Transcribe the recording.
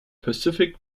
pacific